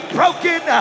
broken